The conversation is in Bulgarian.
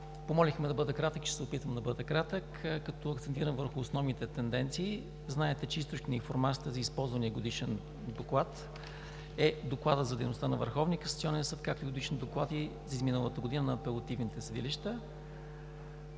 Помолиха ме да бъда кратък и ще се опитам да бъда кратък, като акцентирам върху основните тенденции. Знаете, че източник на информацията за използвания Годишен доклад е Докладът за дейността на Върховния касационен съд, както и годишни доклади за изминалата година на апелативните съдилища.